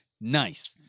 Nice